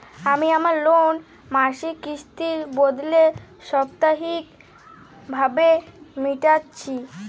আমি আমার লোন মাসিক কিস্তির বদলে সাপ্তাহিক ভাবে মেটাচ্ছি